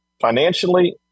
financially